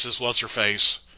What's-Her-Face